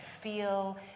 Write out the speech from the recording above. feel